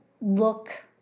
look